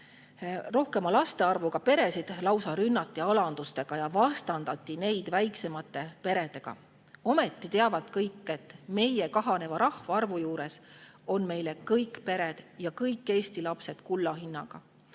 Rohkemate lastega peresid lausa rünnati alandustega ja vastandati neid väiksematele peredele. Ometi teavad kõik, et meie kahaneva rahvaarvu juures on meile kõik pered ja kõik Eesti lapsed kulla hinnaga.